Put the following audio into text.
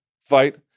fight